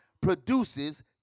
produces